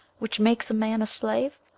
which makes a man a slave?